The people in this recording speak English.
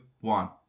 one